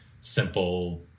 simple